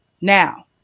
Now